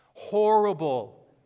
horrible